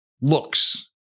looks